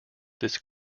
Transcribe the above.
this